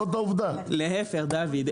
להיפך, דוד.